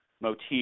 motif